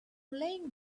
laying